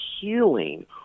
healing